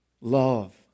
love